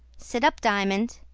sit up, diamond,